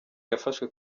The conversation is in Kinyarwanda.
yafashwe